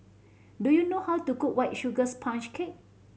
do you know how to cook White Sugar Sponge Cake